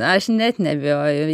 aš net neabejoju